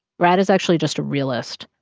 brad is actually just a realist,